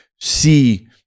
see